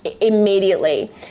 immediately